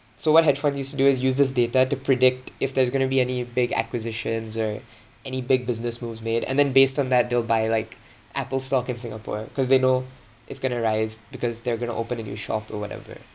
so what hedge funds do is use this data to predict if there is going to be any big acquisitions or any big business moves made and then based on that they'll buy like Apple stock in singapore cause they know it's going to rise because they're going to open a new shop or whatever